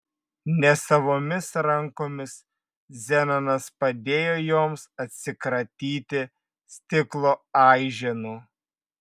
nesavomis rankomis zenonas padėjo joms atsikratyti stiklo aiženų